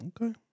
Okay